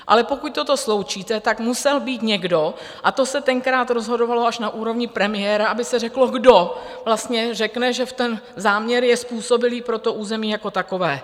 Ale pokud toto sloučíte, musel být někdo, a to se tenkrát rozhodovalo až na úrovni premiéra, aby se řeklo, kdo vlastně řekne, že ten záměr je způsobilý pro to území jako takové.